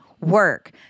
work